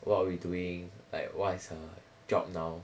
what are we doing like what is her job now